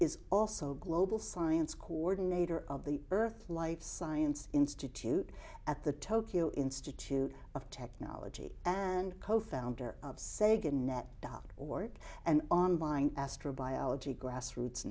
is also global science coordinator of the earth life science institute at the tokyo institute of technology and co founder of sega net dot org an online astrobiology grassroots